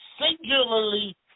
singularly